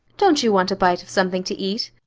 don't you want a bite of something to eat?